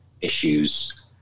issues